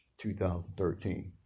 2013